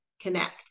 connect